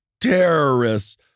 terrorists